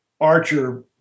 Archer